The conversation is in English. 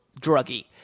druggy